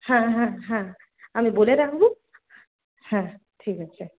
হ্যাঁ হ্যাঁ হ্যাঁ আমি বলে রাখব হ্যাঁ ঠিক আছে